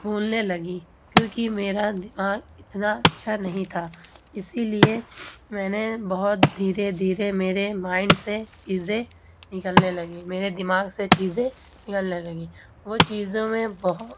بھولنے لگی کیوں کہ میرا دماغ اتنا اچھا نہیں تھا اسی لیے میں نے بہت دھیرے دھیرے میرے مائنڈ سے چیزیں نکلنے لگیں میرے دماغ سے چیزیں نکلنے لگیں وہ چیزوں میں بہو